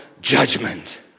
judgment